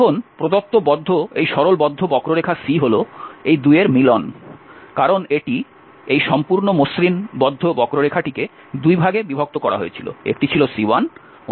এখন প্রদত্ত বদ্ধ এই সরল বদ্ধ বক্ররেখা C হল এই 2 এর মিলন কারণ এটি এই সম্পূর্ণ মসৃণ বদ্ধ বক্ররেখাটিকে 2 ভাগে বিভক্ত করা হয়েছিল একটি ছিল C1 অন্যটি ছিল C2